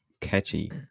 catchy